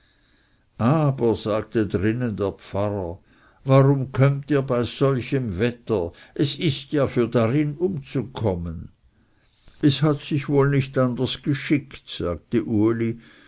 aber sagte drinnen der pfarrer warum kommt ihr bei solchem wetter es ist ja für darin umzukommen es hat sich nicht wohl anders geschickt sagte uli